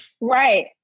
Right